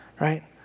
right